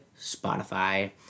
Spotify